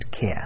care